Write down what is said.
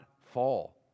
fall